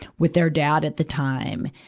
with their dad at the time.